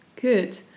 Good